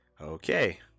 okay